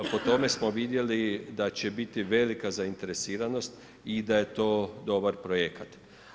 Po tome smo vidjeli da će biti velika zainteresiranost i da je to dobar projekat.